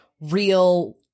real